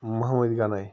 Mohammad Ganai